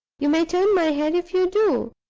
you may turn my head if you do.